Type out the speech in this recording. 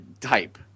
type